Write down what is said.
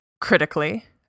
critically